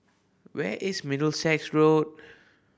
where is Middlesex Road